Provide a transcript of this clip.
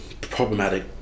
problematic